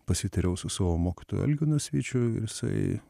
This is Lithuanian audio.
pasitariau su savo mokytoju algiu nasvyčiu ir jisai